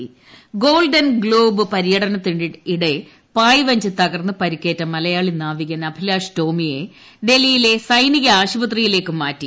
ടട Abhilash Tomy Golden Globe പര്യടനത്തിനിടെ പായ്വഞ്ചി തകർന്നു പരിക്കേറ്റ മലയാളി നാവികൻ അഭിലാഷ് ടോമിയെ ഡൽഹിയിലെ സൈനിക ആശുപത്രിയിലേക്ക് മാറ്റി